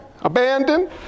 abandoned